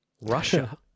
Russia